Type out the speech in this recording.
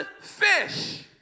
fish